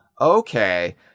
okay